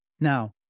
Now